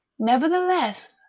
nevertheless,